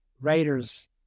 Raiders